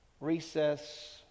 recess